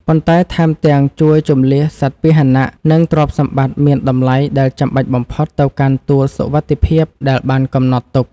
ប៉ុន្តែថែមទាំងជួយជម្លៀសសត្វពាហនៈ និងទ្រព្យសម្បត្តិមានតម្លៃដែលចាំបាច់បំផុតទៅកាន់ទួលសុវត្ថិភាពដែលបានកំណត់ទុក។